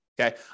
Okay